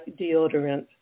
deodorant